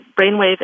Brainwave